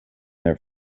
their